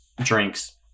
drinks